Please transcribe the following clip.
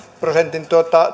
prosentin